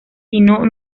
sino